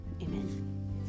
amen